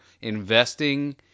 investing